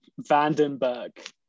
Vandenberg